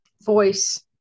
voice